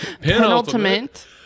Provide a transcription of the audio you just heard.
Penultimate